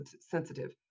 sensitive